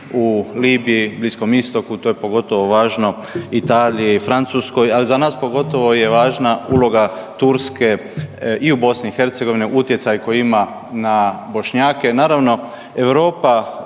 u Libiji i Bliskom Istoku, to je pogotovo važno Italiji i Francuskoj, a za nas pogotovo je važna uloga Turske i u BiH, utjecaj koji ima na Bošnjake. Naravno, Europa